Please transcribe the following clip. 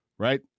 Right